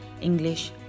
English